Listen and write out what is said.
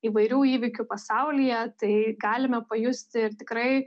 įvairių įvykių pasaulyje tai galime pajusti ir tikrai